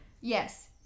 Yes